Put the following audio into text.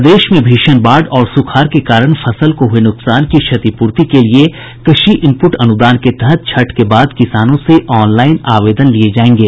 प्रदेश में बाढ़ और सुखाड़ के कारण फसल को हये नुकसान की क्षतिपूर्ति के लिए कृषि इनप्रुट अनुदान के तहत छठ के बाद किसानों से ऑनलाईन आवेदन लिये जायेंगे